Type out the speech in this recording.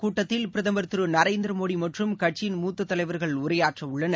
கூட்டத்தில் பிரதமர் திருநரேந்திரமோடிமற்றும் கட்சியின் இந்தக் மூத்ததலைவர்கள் உரையாற்றஉள்ளனர்